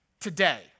today